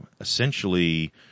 essentially